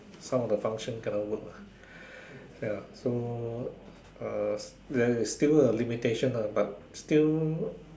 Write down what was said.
some of the function cannot work lah ya so there is still a limitation lah but still